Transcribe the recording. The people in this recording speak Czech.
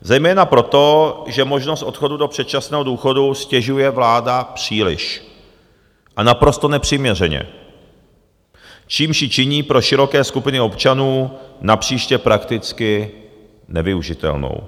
Zejména proto, že možnost odchodu do předčasného důchodu ztěžuje vláda příliš a naprosto nepřiměřeně, čímž ji činí pro široké skupiny občanů napříště prakticky nevyužitelnou.